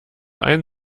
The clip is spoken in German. ein